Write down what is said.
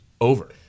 over